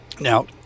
Now